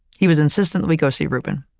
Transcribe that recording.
he was insistent that we go see reuben.